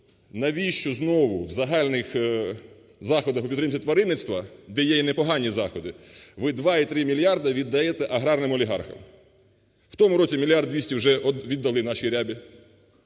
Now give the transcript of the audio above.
Навіщо знову в загальних заходах у підтримці тваринництва, де є і непогані заходи, ви 2,3 мільярда віддаєте аграрним олігархам? В тому році мільярд 200 вже віддали "Нашій рябі".